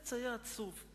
והעץ היה עצוב ...